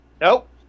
Nope